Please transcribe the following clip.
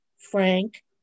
Frank